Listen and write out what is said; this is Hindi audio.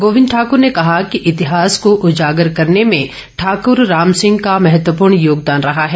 गोविंद ठाकर ने कहा कि इतिहास को उजागर करने में ठाकूर राम सिंह का महत्वपूर्ण योगदान रहा है